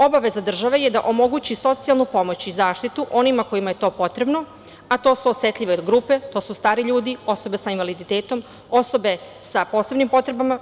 Obaveza države je da omogući socijalnu pomoć i zaštitu onima kojima je to potrebno, a to su osetljive grupe, to su stari ljudi, osobe sa invaliditetom, osobe sa posebnim potrebama.